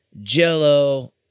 Jell-O